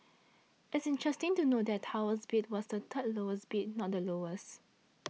it's interesting to note that Tower's bid was the third lowest bid not the lowest